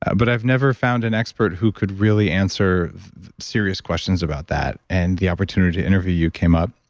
but i've never found an expert who could really answer serious questions about that. and the opportunity to interview you came up.